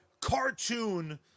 cartoon